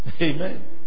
Amen